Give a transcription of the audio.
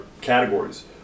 categories